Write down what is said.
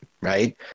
right